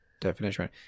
definition